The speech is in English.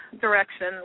direction